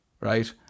right